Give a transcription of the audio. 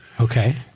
Okay